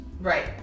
Right